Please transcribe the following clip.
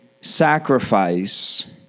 sacrifice